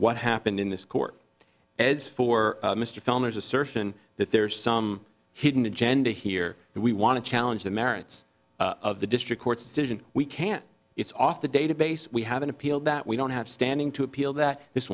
what happened in this court as for mr filner is assertion that there's some hidden agenda here that we want to challenge the merits of the district court's decision we can't it's off the database we have an appeal that we don't have standing to appeal that this